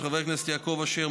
של חברי הכנסת יעקב אשר,